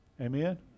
amen